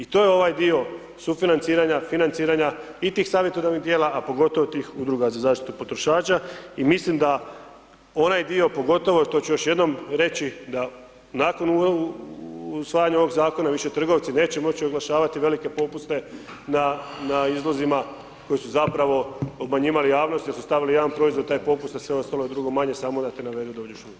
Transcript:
I to je ovaj dio sufinanciranja, financiranja i tih savjetodavnih tijela, a pogotovo tih Udruga za zaštitu potrošača i mislim da onaj dio, pogotovo, to ću još jednom reći, da nakon usvajanja ovog Zakona više trgovci neće moći oglašavati velike popuste na izlozima koji su zapravo obmanjivali javnost jer su stavili jedan proizvod na taj popust, a sve ostalo je drugo manje, samo da te navedu da uđeš unutra.